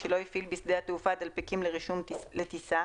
שלא הפעיל בשדה התעופה דלפקים לרישום לטיסה